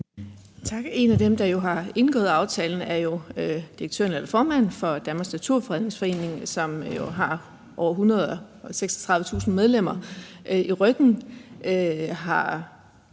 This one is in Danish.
Tak. En af dem, der har indgået aftalen, er jo præsidenten for Danmarks Naturfredningsforening, som jo har over 136.000 medlemmer.